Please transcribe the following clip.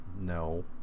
no